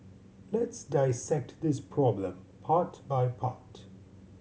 let's dissect this problem part by part